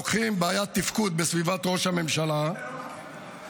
לוקחים בעיית תפקוד בסביבת ראש הממשלה --- גדי,